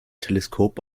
teleskop